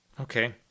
Okay